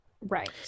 right